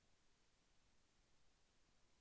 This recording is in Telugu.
రైతు భరోసా, మరియు పీ.ఎం కిసాన్ కు అందరు రైతులు అర్హులా?